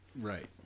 right